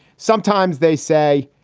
sometimes they say,